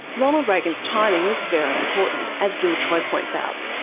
ronald reagan's timing was very important, as gil troy point out.